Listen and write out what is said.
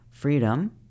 freedom